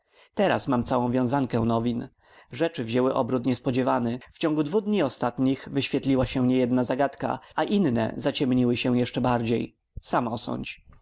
teraz mam całą wiązankę nowin rzeczy wzięły obrót niespodziewany w ciągu dwu dni ostatnich wyświetliła się niejedna zagadka a inne zaciemniły się jeszcze bardziej sam osądź